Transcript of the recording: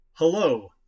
Hello